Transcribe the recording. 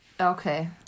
Okay